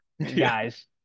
guys